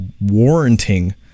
warranting